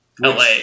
LA